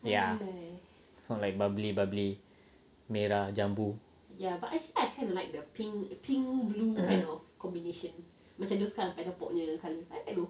ya not like bubbly bubbly merah jambu